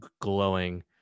glowing